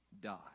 die